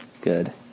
Good